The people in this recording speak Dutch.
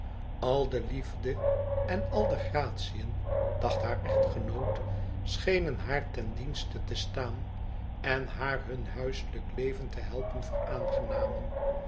al de liefde en al de gratiën dacht haar echtgenoot schenen haar ten dienste te staan en haar hun huiselijk leven te helpen